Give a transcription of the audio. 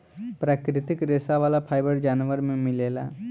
प्राकृतिक रेशा वाला फाइबर जानवर में मिलेला